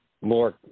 more